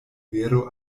vero